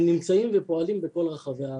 הם נמצאים ופועלים בכל רחבי הארץ.